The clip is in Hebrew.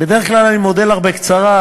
בדרך כלל אני מודה לך בקצרה,